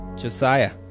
Josiah